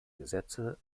gesetze